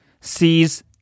Sees